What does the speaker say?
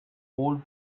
old